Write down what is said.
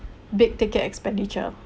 big ticket expenditure